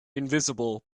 invisible